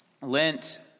Lent